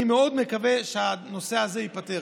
אני מאוד מקווה שהנושא הזה ייפתר.